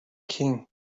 king